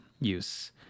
use